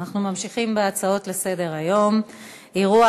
אנחנו ממשיכים בהצעות לסדר-היום בנושא: אירוע